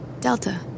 Delta